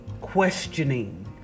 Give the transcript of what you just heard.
Questioning